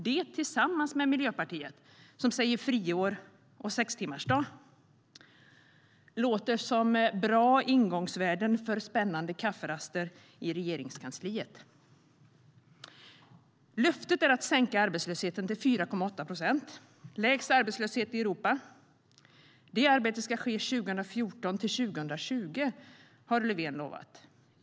Det tillsammans med Miljöpartiet som säger friår och sextimmarsdag låter som bra ingångsvärden för spännande kafferaster i Regeringskansliet.Löftet är att sänka arbetslösheten till 4,8 procent, lägst arbetslöshet i Europa. Det arbetet ska ske 2014-2020 har Löfven lovat.